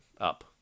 up